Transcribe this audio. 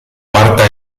marta